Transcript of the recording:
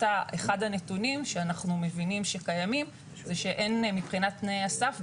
אחד הנתונים שאנחנו מבינים שקיימים זה שמבחינת תנאי הסף,